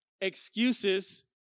excuses